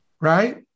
Right